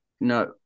No